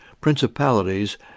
principalities